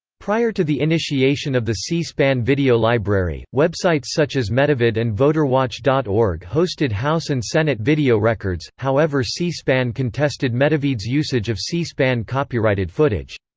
prior to the initiation of the c-span video library, websites such as metavid and voterwatch dot org hosted house and senate video records, however c-span contested metavid's usage of c-span copyrighted footage.